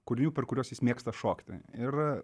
kūrinių per kuriuos jis mėgsta šokti ir